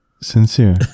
Sincere